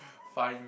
fine